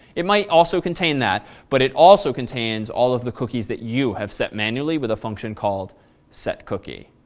it might also contain that but it also contains all of the cookies that you have set manually with a function called setcookie.